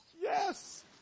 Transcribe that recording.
Yes